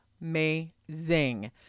amazing